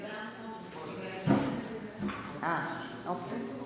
שגם הוא, אה, אוקיי.